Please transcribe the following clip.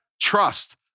Trust